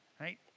Right